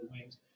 wings